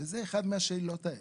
שזו אחת מהשאלות האלה.